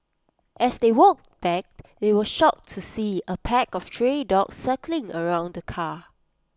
as they walked back they were shocked to see A pack of stray dogs circling around the car